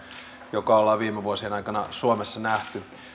jotka olemme viime vuosien aikana suomessa nähneet